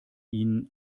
ihn